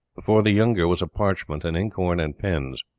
before the younger was a parchment, an inkhorn, and pens.